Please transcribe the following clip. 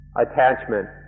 attachment